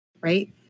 right